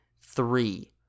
three